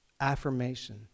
Affirmation